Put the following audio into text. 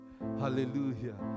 Hallelujah